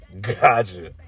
Gotcha